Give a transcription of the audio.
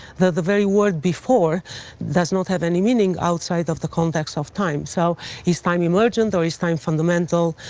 the the very word before does not have any meaning outside of the context of time. so is time emergent, or is time fundamental?